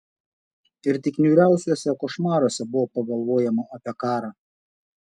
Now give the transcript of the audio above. ir tik niūriausiuose košmaruose buvo pagalvojama apie karą